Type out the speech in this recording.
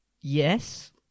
Yes